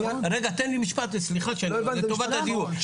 רגע תן לי משפט אחד לטובת הדיון,